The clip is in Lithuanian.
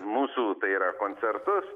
mūsų tai yra koncertus